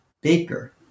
Baker